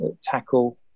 tackle